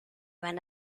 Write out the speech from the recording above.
van